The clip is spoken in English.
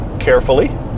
carefully